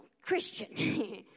Christian